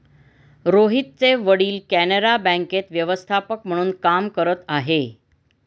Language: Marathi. रोहितचे वडील कॅनरा बँकेत व्यवस्थापक म्हणून काम करत आहे